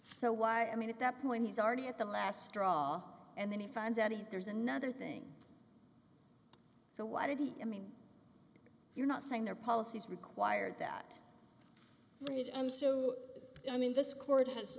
so why i mean at that point he's already at the last straw and then he finds out if there's another thing so why didn't i mean you're not saying their policies required that made him so i mean this court has